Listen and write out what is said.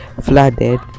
flooded